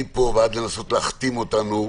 מפה ועד לנסות להכתים אותנו,